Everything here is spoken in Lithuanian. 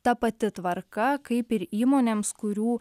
ta pati tvarka kaip ir įmonėms kurių